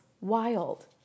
wild